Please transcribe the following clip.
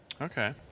Okay